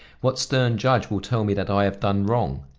what stern judge will tell me that i have done wrong?